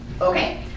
Okay